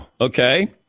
okay